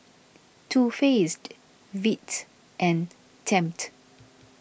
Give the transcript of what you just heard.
Too Faced Veet and Tempt